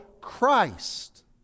Christ